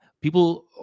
people